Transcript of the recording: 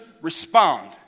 respond